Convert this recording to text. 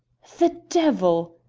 the devil!